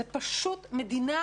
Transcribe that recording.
מדינה